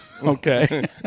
Okay